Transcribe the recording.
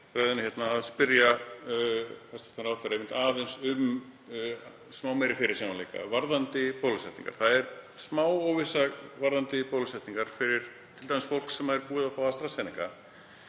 ráðherra aðeins um meiri fyrirsjáanleika varðandi bólusetningar. Það er smá óvissa varðandi bólusetningar fyrir t.d. fólk sem er búið að fá AstraZeneca.